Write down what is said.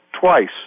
twice